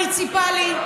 אנחנו באנו מהמוניציפלי,